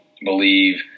believe